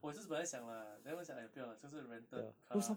我也是本来想啦 then 我想 !aiya! 不要啦这是 rented car